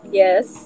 yes